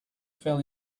fell